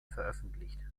veröffentlicht